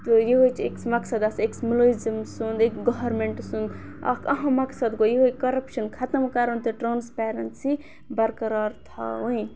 تہٕ یِہٕے چھِ أکِس مقصد آسہِ أکِس مُلٲزِم سُنٛد أکۍ گورنمنٹ سُنٛد اَکھ اہم مقصد گوٚو یِہٕے کَرَپشَن ختم کَرُن تہٕ ٹرٛانسپیرَنسی بَرقَرار تھاوٕنۍ